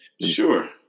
Sure